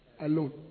alone